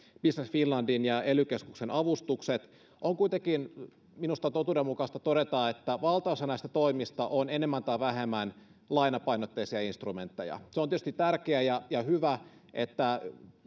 business finlandin ja ely keskuksen avustukset minusta on kuitenkin totuudenmukaista todeta että valtaosa näistä toimista on enemmän tai vähemmän lainapainotteisia instrumentteja on tietysti tärkeä ja ja hyvä että